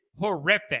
horrific